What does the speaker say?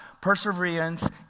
Perseverance